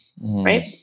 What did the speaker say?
right